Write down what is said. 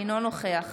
אינו נוכח